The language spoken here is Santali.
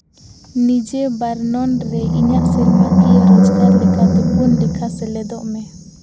ᱱᱤᱡᱮ ᱵᱚᱨᱱᱚᱱ ᱨᱮ ᱤᱧᱟᱹᱜ ᱥᱮᱨᱢᱟ ᱠᱤᱭᱟᱹ ᱨᱳᱡᱽᱜᱟᱨ ᱞᱮᱠᱟᱛᱮ ᱯᱩᱱ ᱞᱮᱠᱷᱟ ᱥᱮᱞᱮᱫᱚᱜ ᱢᱮ